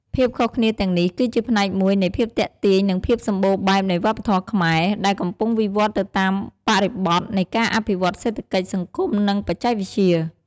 ភាពខុសគ្នាទាំងនេះ គឺជាផ្នែកមួយនៃភាពទាក់ទាញ និងភាពសម្បូរបែបនៃវប្បធម៌ខ្មែរ ដែលកំពុងវិវត្តន៍ទៅតាមបរិបទនៃការអភិវឌ្ឍន៍សេដ្ឋកិច្ច សង្គម និងបច្ចេកវិទ្យា។